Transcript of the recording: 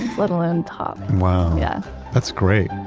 let alone top, wow yeah that's great